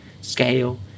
scale